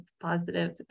positive